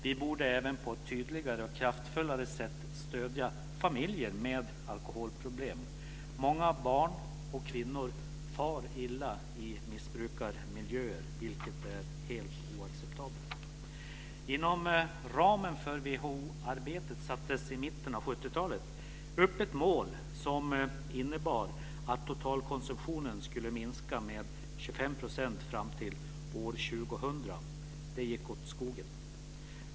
Vi borde även på ett tydligare och kraftfullare sätt stödja familjer med alkoholproblem. Många barn och kvinnor far illa i missbrukarmiljöer, vilket är helt oacceptabelt. Inom ramen för WHO-arbetet sattes i mitten av 70-talet upp ett mål som innebar att totalkonsumtionen skulle minska med 25 % fram till år 2000. Det gick åt skogen.